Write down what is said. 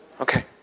Okay